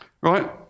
right